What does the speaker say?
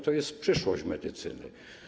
To jest przyszłość medycyny.